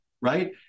right